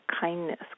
kindness